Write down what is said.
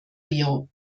rio